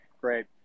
Great